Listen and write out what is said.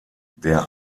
der